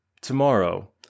tomorrow